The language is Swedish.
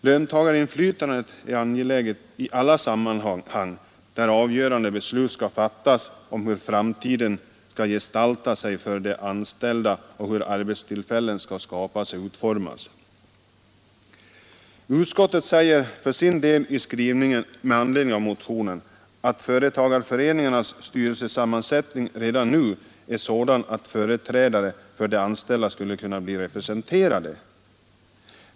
Löntagarinflytandet är angeläget i alla sammanhang där avgörande beslut skall fattas om hur framtiden skall gestalta sig för de anställda och om hur arbetstillfällen skall skapas och utformas. Utskottet säger för sin del i skrivningen med anledning av motionen att företagarföreningarnas styrelsesammansättning redan nu är sådan att företrädare för de anställda skulle kunna bli representerade.